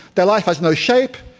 their life has no shape,